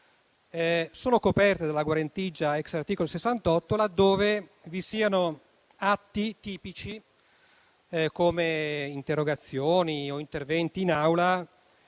siamo coperte dalla guarentigia *ex* articolo 68 laddove vi siano atti tipici, come interrogazioni o interventi in